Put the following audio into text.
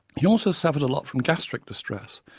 he also suffered a lot from gastric distress,